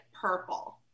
purple